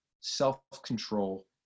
self-control